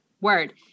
Word